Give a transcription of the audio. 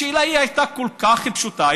השאלה הייתה כל כך פשוטה,